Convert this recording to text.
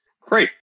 Great